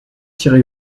irez